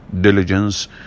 diligence